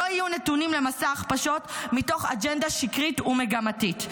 לא יהיו נתונים למסע הכפשות מתוך אג'נדה שקרית ומגמתית.